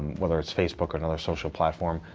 whether it's facebook or another social platform,